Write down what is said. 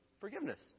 forgiveness